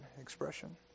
expression